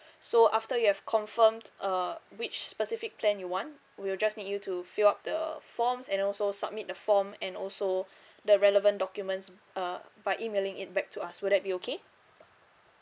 so after you have confirmed uh which specific plan you want we'll just need you to fill up the forms and also submit the form and also the relevant documents uh by emailing it back to us would that be okay